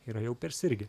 yra jau persirgę